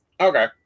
Okay